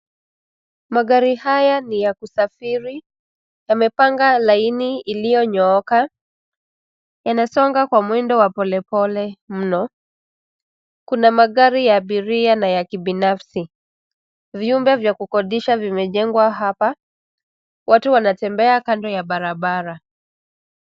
Magari haya ni ya kusafiri, yamepanga laini iliyonyooka. Yanasonga kwa mwendo wa pole pole mno. Kuna magari ya abiria na ya kibinafsi . Vyumba vya kukodisha vimejengwa hapa. Watu wanatembea kando ya barabara.